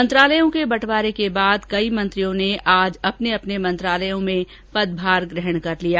मंत्रालयों के बंटवारे के बाद कई मंत्रियों ने आज अपने अपने मंत्रालयों का पदभार ग्रहण कर लिया